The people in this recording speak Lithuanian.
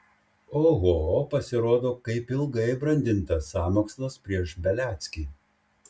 oho pasirodo kaip ilgai brandintas sąmokslas prieš beliackį